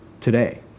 today